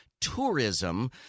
tourism